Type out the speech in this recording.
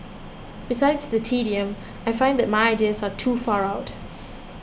besides the tedium I feel that my ideas are too far out